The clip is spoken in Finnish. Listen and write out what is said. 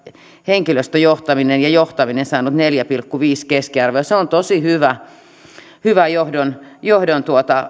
henkilöstöjohtaminen ja johtaminen saanut keskiarvon neljä pilkku viisi ja se on tosi hyvä johdon johdon